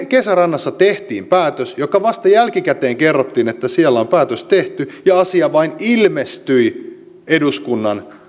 kesärannassa tehtiin päätös vasta jälkikäteen kerrottiin että siellä on päätös tehty ja asia vain ilmestyi eduskunnan